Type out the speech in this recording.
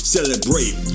Celebrate